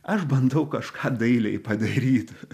aš bandau kažką dailiai padaryt